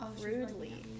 rudely